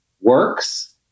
works